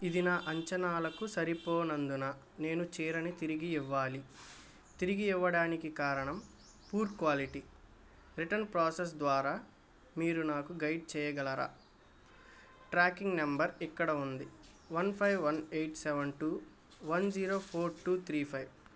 ఇది నా అంచనాలకు సరిపోలనందున నేను చీరని తిరిగి ఇవ్వాలి తిరిగి ఇవ్వడానికి కారణం పూర్ క్వాలిటీ రిటర్న్ ప్రోసెస్ ద్వారా మీరు నాకు గైడ్ చేయగలరా ట్రాకింగ్ నంబర్ ఇక్కడ ఉంది one five one eight seven two one zero four two three five